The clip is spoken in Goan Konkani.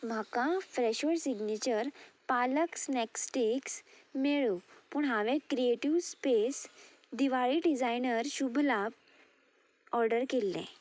म्हाका Fresho signature palak snack sticks मेळ्ळ्यो पूण हांवें creative space Diwali designer Shubh Labh order केल्ले